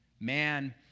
Man